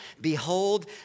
Behold